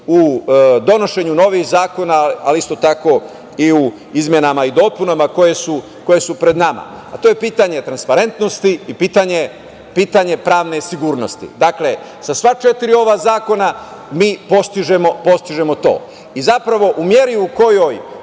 u donošenju novih zakona, ali isto tako i u izmenama i dopunama koje su pred nama. To je pitanje transparentnosti i pitanje pravne sigurnosti. Sa sva četiri ova zakona mi postižemo to i zapravo u meri u kojoj